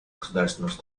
государственного